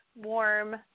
warm